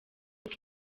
uko